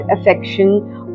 affection